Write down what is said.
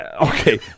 Okay